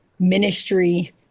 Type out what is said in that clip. ministry